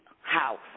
house